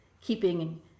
keeping